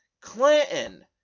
clinton